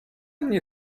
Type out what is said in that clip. mnie